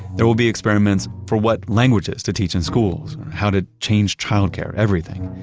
there will be experiments for what languages to teach in schools, how to change childcare, everything.